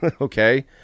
Okay